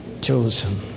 chosen